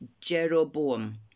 Jeroboam